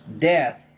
death